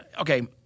okay